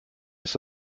ist